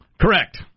Correct